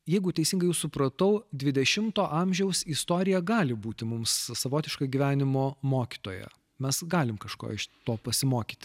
jeigu teisingai jus supratau dvidešimto amžiaus istorija gali būti mums savotiška gyvenimo mokytoja mes galim kažko iš to pasimokyti